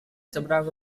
seberang